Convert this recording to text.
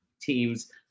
teams